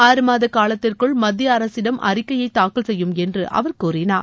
ஆறு மாத காலத்திற்குள் மத்திய அரசிடம் அறிக்கையை தாக்கல் செய்யும் என்று அவர் கூறினார்